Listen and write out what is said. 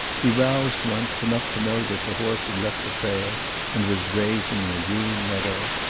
he roused once, enough to know that the horse had left the trail and was grazing in a green meadow.